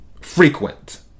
frequent